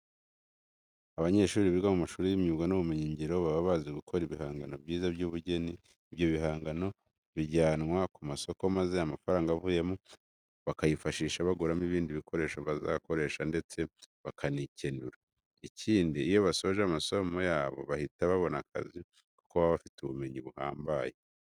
Abanyeshuri biga mu mashuri y'imyuga n'ubumenyingiro baba bazi gukora ibihangano byiza by'ubugeni. Ibyo bihangano bijyanwa ku masoko maze amafaranga abivuyemo bakayifashisha baguramo ibindi bikoresho bakoresha ndetse bakanikenura. Ikindi, iyo basoje amasomo yabo bahita babona akazi kuko baba bafite ubumenyi buhambaye.